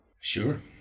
Sure